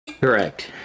Correct